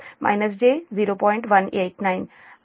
189